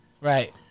Right